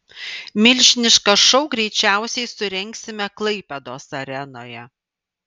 milžinišką šou greičiausiai surengsime klaipėdos arenoje